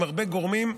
עם הרבה גורמים,